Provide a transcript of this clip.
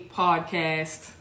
podcast